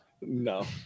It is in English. No